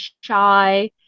shy